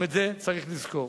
גם את זה צריך לזכור.